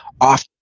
off